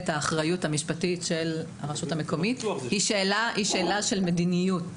האחריות המשפטית של הרשות המקומית היא שאלה של מדיניות.